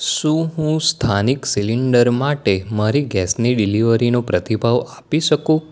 શું હું સ્થાનિક સિલિન્ડર માટે મારી ગેસની ડિલિવરીનો પ્રતિભાવ આપી શકું